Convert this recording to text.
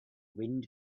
wind